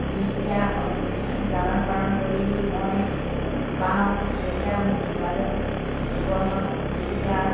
যিকেইটা লালন পালন কৰি মই পাওঁ সেইকেইটা মোৰ জীপাজন জীৱনৰ জীৱিকা